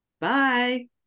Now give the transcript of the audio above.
bye